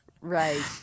right